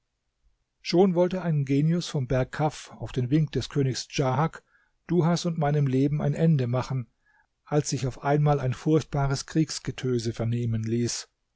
schon wollte ein genius vom berg kaf auf den wink des königs djahak duhas und meinem leben ein ende machen als sich auf einmal ein furchtbares kriegsgetöse vernehmen ließ